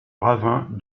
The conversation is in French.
ravin